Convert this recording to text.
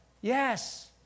Yes